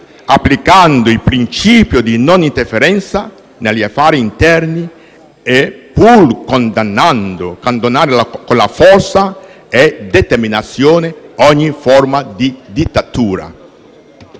applicando il principio di non interferenza negli affari interni, pur condannando con forza e determinazione ogni forma di dittatura.